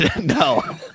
No